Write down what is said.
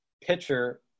pitcher